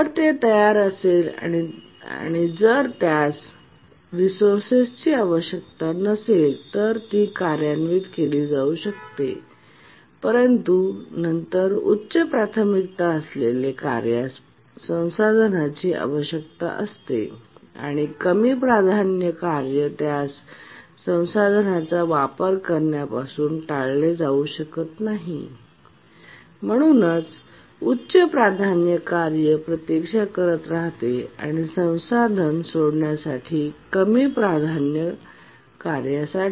जर ते तयार असेल आणि जर त्यास रिसोर्सेसची आवश्यकता नसेल तर ती कार्यान्वित केली जाऊ शकते परंतु नंतर उच्च प्राथमिकता असलेल्या कार्यास संसाधनाची आवश्यकता असते आणि कमी प्राधान्य कार्य त्याच्या संसाधनांचा वापर करण्यापासून टाळले जाऊ शकत नाही आणि म्हणूनच उच्च प्राधान्य कार्य प्रतीक्षा करत राहते संसाधन सोडण्यासाठी कमी प्राधान्य कार्यासाठी